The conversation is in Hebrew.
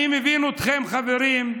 אני מבין אתכם, חברים,